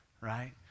Right